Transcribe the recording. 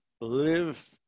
live